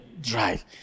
Drive